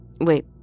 Wait